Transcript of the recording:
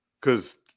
Cause